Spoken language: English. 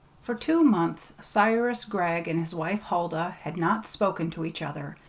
for two months cyrus gregg and his wife huldah had not spoken to each other,